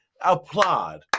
Applaud